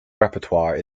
repertoire